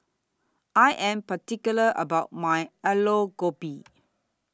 I Am particular about My Aloo Gobi